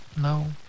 No